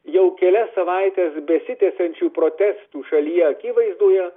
jau kelias savaites besitęsiančių protestų šalyje akivaizdoje